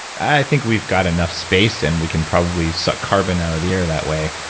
i think we've got enough space and we can probably suck carbon out of the air that way.